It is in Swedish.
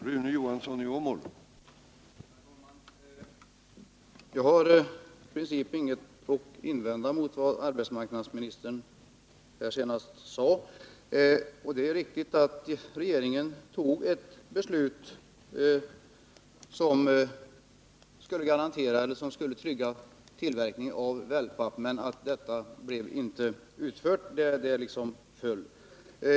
Herr talman! Jag har i princip inget att invända mot det som arbetsmarknadsministern senast sade. Det är riktigt att regeringen fattade ett beslut som skulle trygga tillverkningen av wellpapp men att detta beslut inte blev verkställt.